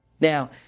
Now